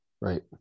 Right